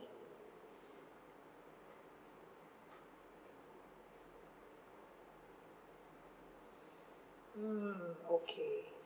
mm okay